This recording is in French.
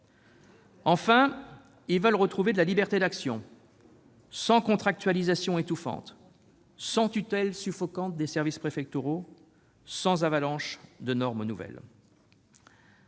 Enfin, ils veulent retrouver de la liberté d'action, sans contractualisation étouffante, sans tutelle suffocante des services préfectoraux, sans avalanche de normes nouvelles.